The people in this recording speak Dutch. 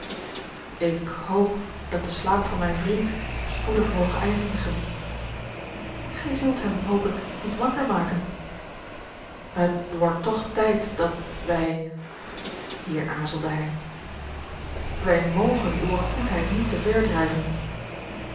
ik hoop dat de slaap van mijn vriend spoedig moge eindigen gij zult hem hoop ik niet wakker maken het wordt toch tijd dat wij hier aarzelde hij wij mogen uwe goedheid niet te ver drijven